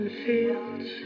fields